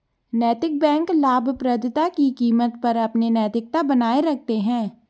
नैतिक बैंक लाभप्रदता की कीमत पर अपनी नैतिकता बनाए रखते हैं